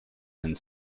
and